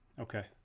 Okay